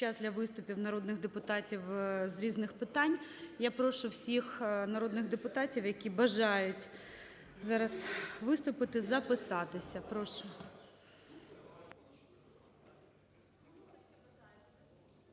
час для виступів народних депутатів "з різних питань". Я прошу всіх народних депутатів, які бажають зараз виступити, записатися. Прошу.